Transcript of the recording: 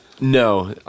No